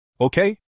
Okay